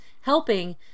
helping